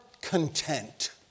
content